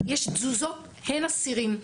יש תזוזות הן של אסירים,